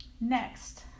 Next